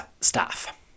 staff